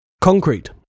Concrete